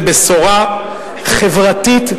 לבשורה חברתית,